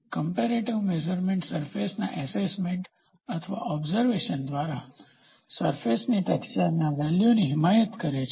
comparative measurement સરફેસના assessment અથવા observation દ્વારા સરફેસની ટેક્સચરના વેલ્યુ ની હિમાયત કરે છે